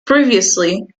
previously